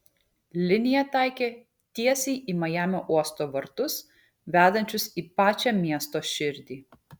linija taikė tiesiai į majamio uosto vartus vedančius į pačią miesto širdį